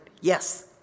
Yes